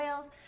oils